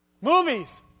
Movies